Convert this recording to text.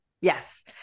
Yes